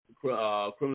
criminal